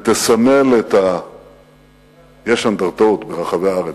יש אנדרטאות ברחבי הארץ,